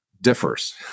differs